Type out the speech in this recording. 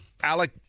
Alec